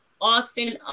Austin